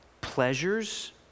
pleasures